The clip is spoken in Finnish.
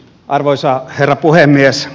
arvoisa herra puhemies